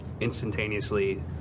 instantaneously